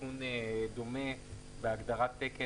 תיקון דומה בהגדרת תקן,